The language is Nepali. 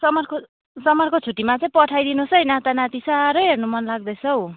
समरको समरको छुट्टीमा चाहिँ पठाइदिनुहोस् है नाता नाति साह्रै हेर्न मन लाग्दै छ हौ